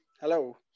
Hello